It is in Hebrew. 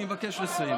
אני מבקש לסיים.